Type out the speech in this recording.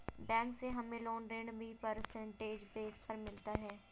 bank से हमे loan ऋण भी परसेंटेज बेस पर मिलता है